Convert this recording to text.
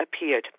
appeared